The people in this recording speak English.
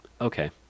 okay